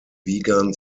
wigan